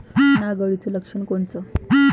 नाग अळीचं लक्षण कोनचं?